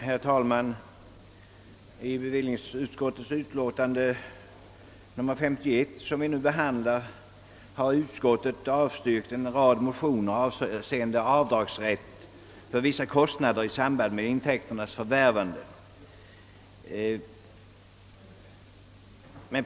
Herr talman! I bevillningsutskottets betänkande nr 51 som vi nu behandlar har utskottet avstyrkt en rad motioner avseende avdragsrätt för vissa kostnader i samband med intäkternas förvärvande.